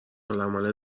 العمل